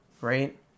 right